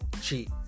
Cheat